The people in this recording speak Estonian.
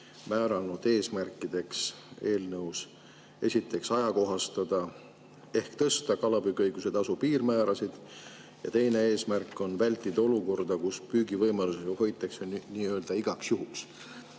määranud eesmärkideks esiteks ajakohastada ehk tõsta kalapüügiõiguse tasu piirmäärasid. Teine eesmärk on vältida olukorda, kus püügivõimalusi hoitakse nii-öelda igaks juhuks.